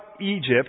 Egypt